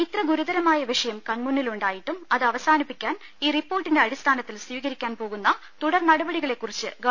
ഇത്ര ഗുരുതരമായ വിഷയം കൺമുന്നിലുണ്ടായിട്ടും അത് അവ സാനിപ്പിക്കാൻ ഈ റിപ്പോർട്ടിന്റെ അടിസ്ഥാനത്തിൽ സ്വീകരിക്കാൻ പോകുന്ന തുടർ നടപടികളെ കുറിച്ച് ഗവ